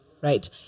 right